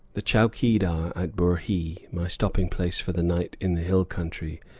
the chowkeedar at burhee, my stopping-place for the night in the hill country,